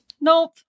Nope